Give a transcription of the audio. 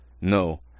No